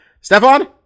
Stefan